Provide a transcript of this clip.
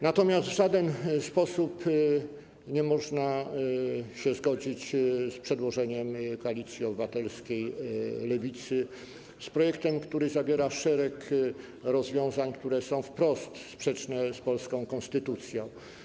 Natomiast w żaden sposób nie można się zgodzić z przedłożeniem Koalicji Obywatelskiej, Lewicy, z projektem, który zawiera szereg rozwiązań, które są wprost sprzeczne z polską konstytucją.